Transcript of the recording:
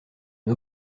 une